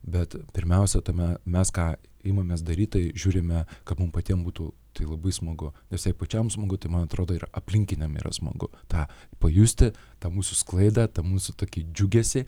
bet pirmiausia tame mes ką imamės daryti tai žiūrime kad mum patiem būtų tai labai smagu nes jei pačiam smagu tai man atrodo ir aplinkiniam yra smagu tą pajusti tą mūsų sklaidą tą mūsų tokį džiugesį